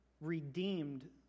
redeemed